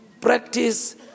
practice